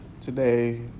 Today